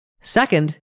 Second